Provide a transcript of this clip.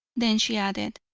then she added,